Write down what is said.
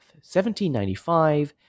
1795